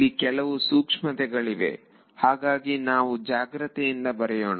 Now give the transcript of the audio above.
ಇಲ್ಲಿ ಕೆಲವು ಸೂಕ್ಷ್ಮತೆ ಗಳಿವೆ ಹಾಗಾಗಿ ನಾವು ಜಾಗ್ರತೆಯಿಂದ ಬರೆಯೋಣ